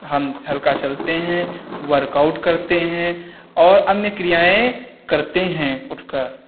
हम हल्का चलते हैं वर्कआउट करते हैं और अन्य क्रियाएँ करते हैं उठ कर